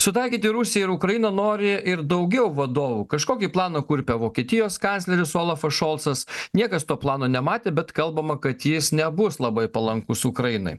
sutaikyti rusiją ir ukrainą nori ir daugiau vadovų kažkokį planą kurpia vokietijos kancleris olafas šolcas niekas to plano nematė bet kalbama kad jis nebus labai palankus ukrainai